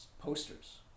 posters